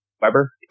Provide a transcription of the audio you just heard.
Weber